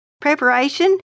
preparation